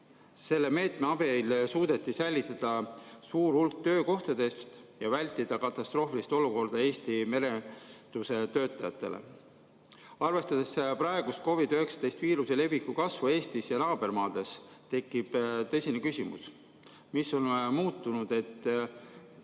Selle meetme abil suudeti säilitada suur hulk töökohtadest ja vältida katastroofilist olukorda Eesti merenduse töötajatele. Arvestades praegust COVID-19 viiruse leviku kasvu Eestis ja naabermaades, tekib tõsine küsimus: mis on muutunud, et